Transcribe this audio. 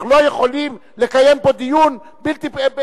אנחנו לא יכולים לקיים פה דיון אין-סופי.